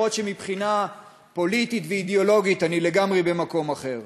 גם אם מבחינה פוליטית ואידיאולוגית אני לגמרי במקום אחר.